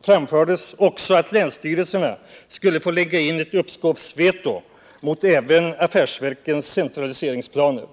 framfördes också att länsstyrelserna skulle få lägga in ett uppskovsveto även mot affärsverkens centraliseringsplaner.